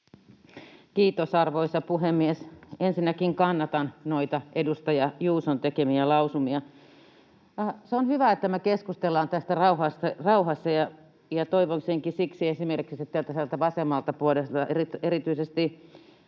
Kiitos, arvoisa puhemies! Ensinnäkin kannatan edustaja Juuson tekemiä lausumia. Se on hyvä, että me keskustellaan tästä rauhassa, ja toivoisinkin siksi, että esimerkiksi sieltä vasemmalta puolelta, erityisesti